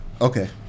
Okay